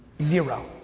zero,